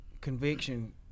conviction